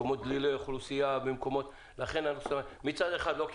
במקומות דלילי אוכלוסייה וכן הלאה.